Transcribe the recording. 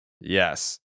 Yes